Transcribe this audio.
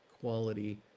quality